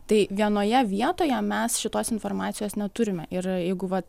tai vienoje vietoje mes šitos informacijos neturime ir jeigu vat